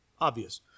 obvious